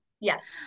Yes